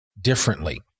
differently